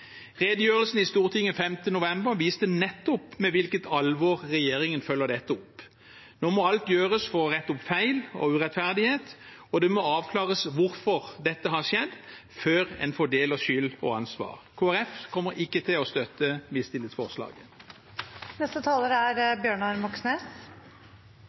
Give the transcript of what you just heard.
Redegjørelsen i Stortinget 5. november viste nettopp med hvilket alvor regjeringen følger dette opp. Nå må alt gjøres for å rette opp feil og urettferdighet, og det må avklares hvorfor dette har skjedd, før en fordeler skyld og ansvar. Kristelig Folkeparti kommer ikke til å støtte mistillitsforslaget. Også maktpersoner må stilles til ansvar. Det er